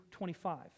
25